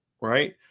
right